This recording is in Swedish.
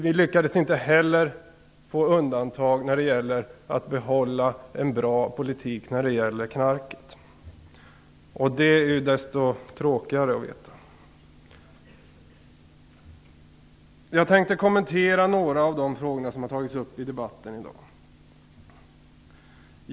Vi lyckades inte heller få undantag när det gäller att behålla en bra narkotikapolitik. Det är desto tråkigare. Jag tänkte kommentera några av de frågor som har tagits upp i debatten i dag.